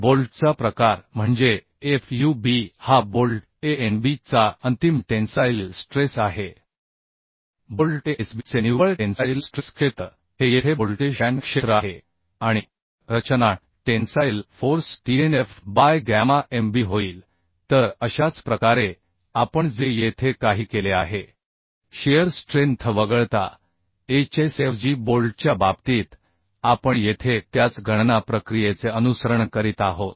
बोल्टचा प्रकार म्हणजे fub हा बोल्ट Anb चा अंतिम टेन्साइल स्ट्रेस आहे बोल्ट Asb चे निव्वळ टेन्साइल स्ट्रेस क्षेत्र हे येथे बोल्टचे शँक क्षेत्र आहे आणि रचना tensile force Tnf by gamma mb होईल तर अशाच प्रकारे आपण जे येथे काही केले आहे शिअर स्ट्रेन्थ वगळता HSFG बोल्टच्या बाबतीत आपण येथे त्याच गणना प्रक्रियेचे अनुसरण करीत आहोत